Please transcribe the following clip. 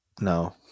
No